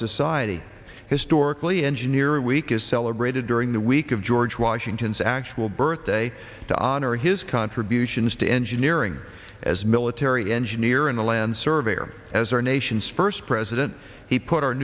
society historically engineering week is celebrated during the week of george washington's actual birthday to honor his contributions to engineering as military engineer in the land surveyor as our nation's first president he put our